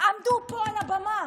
עמדו פה על הבמה